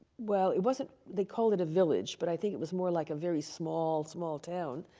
well, it wasn't, they called it a village, but i think it was more like a very small, small town,